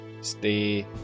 Stay